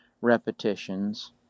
repetitions –